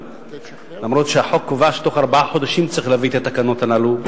אף שהחוק קובע שבתוך ארבעה חודשים צריך להביא את התקנות הללו,